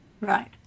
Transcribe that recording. right